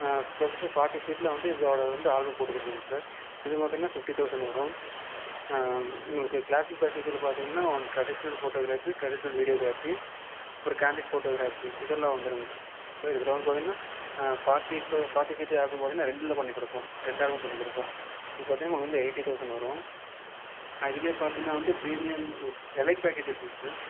plus forty சீட்டில் வந்து இதோடது வந்து ஆல்பம் போட்டு கொடுப்போம் சார் இது பார்த்தீங்கனா ஃபிஃப்ட்டி தௌசண்ட் வரும் உங்களுக்கு க்ளாசிக் பேக்கேஜியில் பார்த்தீங்கன்னா one traditional photography traditional videography அப்புறம் கேண்டிட் ஃபோட்டோக்ராஃபி இது எல்லாம் வந்துடுங்க சார் ஸோ இதில் வந்து பார்த்தீங்கனா ஃபார்ட்டிக்குள்ள ஃபார்ட்டி சீட்டில் ஆல்பம் பாத்திங்கனா ரெண்டுல பண்ணிக் குடுப்போம் ரெண்டாவும் பண்ணிக் குடுப்போம் இது பார்த்தீங்கனா ஒன்று வந்து எயிட்டி தௌசண்ட் வரும் இதுவே பார்த்தீங்கனா வந்து ப்ரீமியம் ல் எலைட் பேக்கேஜ் இருக்குதுங்க சார்